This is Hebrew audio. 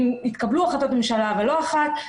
אם התקבלו החלטות ממשלה ולא אחת,